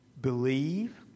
believe